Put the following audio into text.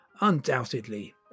undoubtedly